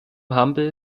humble